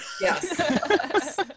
Yes